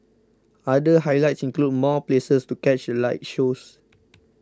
other highlights include more places to catch the light shows